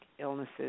illnesses